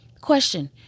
question